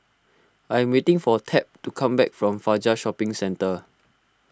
I am waiting for Tab to come back from Fajar Shopping Centre